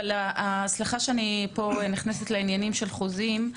סליחה שאני נכנסת פה לעניינים של חוזים,